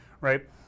right